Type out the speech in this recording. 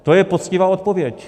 To je poctivá odpověď.